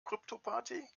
kryptoparty